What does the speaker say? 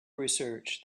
research